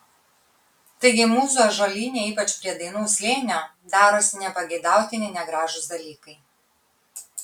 taigi mūsų ąžuolyne ypač prie dainų slėnio darosi nepageidautini negražūs dalykai